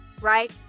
right